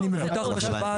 אני מבוטח בשב"ן,